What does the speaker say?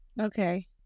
Okay